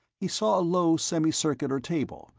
he saw a low semicircular table,